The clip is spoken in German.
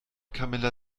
camilla